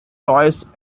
toys